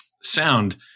sound